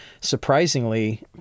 surprisingly